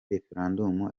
referendumu